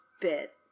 bit